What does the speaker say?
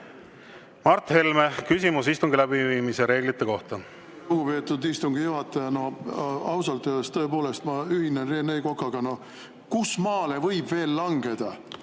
Mart Helme, küsimus istungi läbiviimise reeglite kohta. Lugupeetud istungi juhataja! No ausalt öeldes, tõepoolest, ma ühinen Rene Kokaga. Kusmaale võib veel langeda?